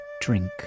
drink